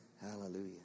Hallelujah